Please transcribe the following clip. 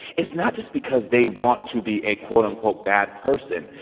it's not just because they want to be a, quote-unquote, bad person.